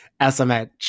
smh